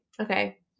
Okay